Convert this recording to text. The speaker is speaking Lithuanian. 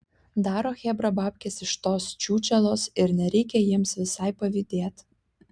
daro chebra babkes iš tos čiūčelos ir nereikia jiems visai pavydėt